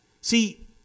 See